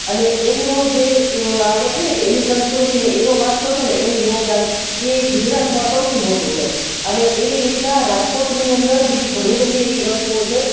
અને એનું જે આપણે કહીએને કે એની સંસ્કૃતિને એનો વારસો છેને એનું યોગદાન એ ગુજરાતમાં સૌથી મોટું છે અને એવી રીતના રાજકોટની અંદર બીજી ઘણીબધી એવી વસ્તુઓ છે